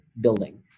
building